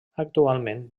actualment